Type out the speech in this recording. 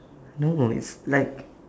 no it's like